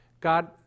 God